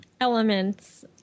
elements